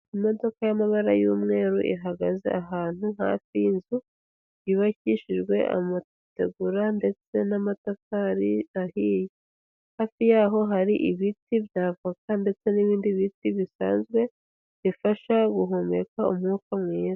Imodoka y'amabara y'umweru ihagaze ahantu hafi y'inzu, yubakishijwe amategura ndetse n'amatafari ahiye, hafi yaho hari ibiti bya avoka ndetse n'ibindi biti bisanzwe, bifasha guhumeka umwuka mwiza.